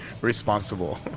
responsible